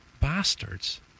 bastards